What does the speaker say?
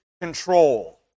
control